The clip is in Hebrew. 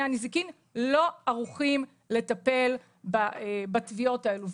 הנזיקין לא ערוכים לטפל בתביעות האלו.